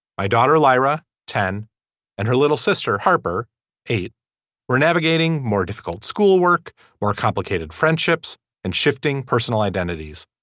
my daughter lara ten and her little sister harper eight were navigating more difficult schoolwork more complicated friendships and shifting personal identities.